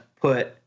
put